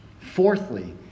Fourthly